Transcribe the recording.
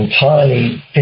entirely